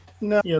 No